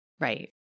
Right